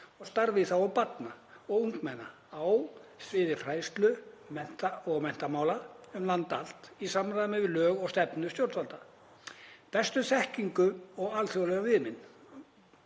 og starfi í þágu barna og ungmenna á sviði fræðslu- og menntamála um land allt í samræmi við lög, stefnu stjórnvalda, bestu þekkingu og alþjóðleg viðmið.